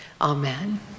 Amen